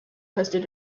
posted